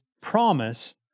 promise